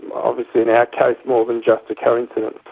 obviously in our case more than just a coincidence.